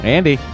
Andy